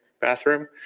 bathroom